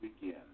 begin